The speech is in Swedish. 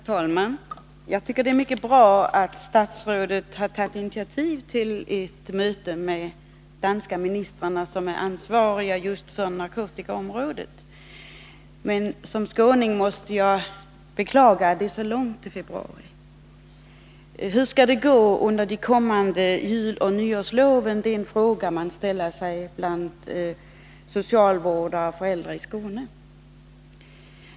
Herr talman! Jag tycker det är mycket bra att statsrådet har tagit initiativ till ett möte med de danska ministrar som är ansvariga just för narkotikaområdet. Men som skåning måste jag beklaga att det är så långt till februari. Hur skall det gå under de kommande juloch nyårsloven? Den frågan ställer sig många socialvårdare och föräldrar i Skåne.